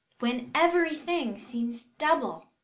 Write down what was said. when every thing seems double.